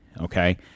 okay